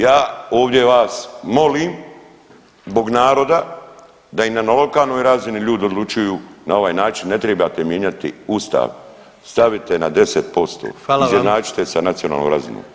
Ja ovdje vas molim zbog naroda da i na lokalnoj razini ljudi odlučuju na ovaj način, ne tribate mijenjati Ustav, stavite na 10% [[Upadica: Hvala vam.]] izjednačite sa nacionalnom razinom.